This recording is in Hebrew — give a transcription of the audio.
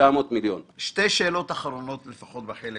בכמה